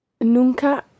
Nunca